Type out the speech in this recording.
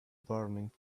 burning